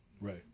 Right